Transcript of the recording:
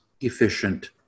efficient